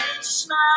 smile